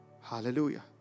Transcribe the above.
Hallelujah